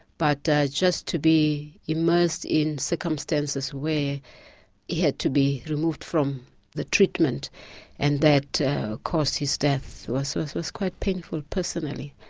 but just to be immersed in circumstances where he had to be removed from the treatment and that caused his death was so was quite painful personally.